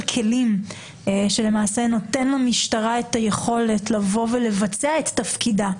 כלים שנותן למשטרה את היכולת לבוא ולבצע את תפקידה.